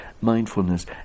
mindfulness